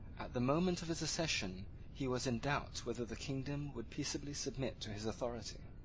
the moment of his accession he was in doubt whether the kingdom would peaceably submit to his authority.